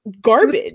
garbage